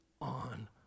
on